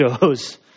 show's